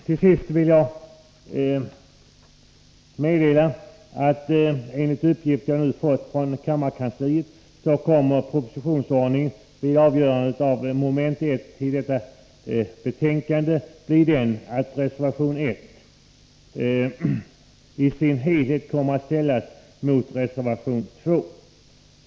Till sist vill jag meddela att propositionsordningen vid avgörande av mom. 1idetta betänkande, enligt uppgift som jag nu har fått från kammarkansliet, blir att reservation 1 i sin helhet kommer att ställas mot reservation 2.